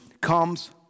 comes